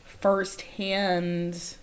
firsthand